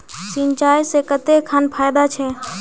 सिंचाई से कते खान फायदा छै?